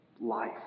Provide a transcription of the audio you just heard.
life